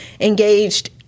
engaged